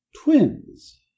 Twins